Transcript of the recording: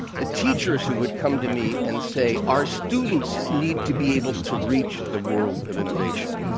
the teachers who would come to me and say, our students need to be able to reach the world of innovation,